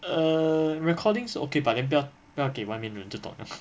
err recordings 是 okay but then 不要给外面的人知道